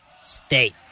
State